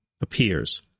Appears